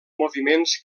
moviments